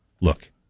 Look